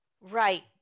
Right